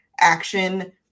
action